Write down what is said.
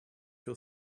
your